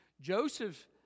Joseph